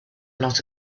not